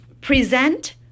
Present